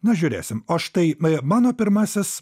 na žiūrėsim o štai mano pirmasis